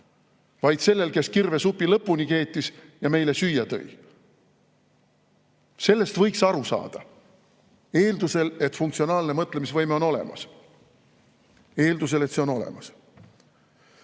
vaid sellel, kes kirvesupi lõpuni keetis ja meile söömiseks tõi. Sellest võiks aru saada, eeldusel, et funktsionaalse mõtlemise võime on olemas. Eeldusel, et see on olemas. Miks